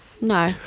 No